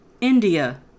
India